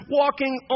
walking